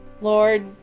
Lord